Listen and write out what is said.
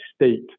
state